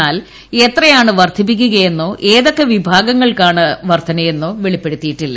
എന്നാൽ എത്രയാണ് വർദ്ധിപ്പിക്കുകയെന്നോ ഏതൊക്കെ വിഭാഗങ്ങൾക്കാണ് വർദ്ധനയെന്നോ വെളിപ്പെടുത്തിയിട്ടില്ല